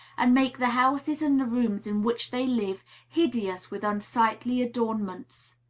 and make the houses and the rooms in which they live hideous with unsightly adornments.